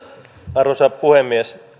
arvoisa puhemies